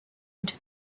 into